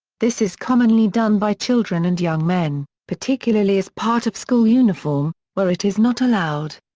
this is commonly done by children and young men, particularly as part of school uniform, where it is not allowed.